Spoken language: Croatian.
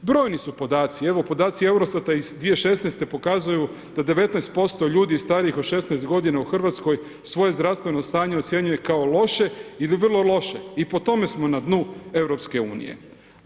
Brojni su podaci, evo podaci EUROSTAT-a iz 2016. pokazuju da 19% ljudi starijih od 16 g. u Hrvatskoj svoje zdravstveno stanje ocjenjuju kao loše ili vrlo loše, i po tome smo na dnu EU-a.